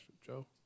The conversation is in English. Joe